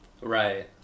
Right